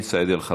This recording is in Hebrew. גם